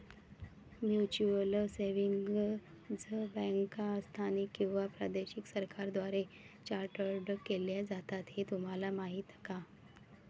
Mutual savings बँका स्थानिक किंवा प्रादेशिक सरकारांद्वारे चार्टर्ड केल्या जातात हे तुम्हाला माहीत का?